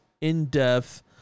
in-depth